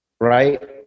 right